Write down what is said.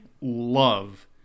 love